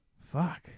Fuck